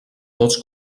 tots